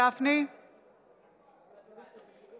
את של ליברמן והבאתי אותה לכנסת.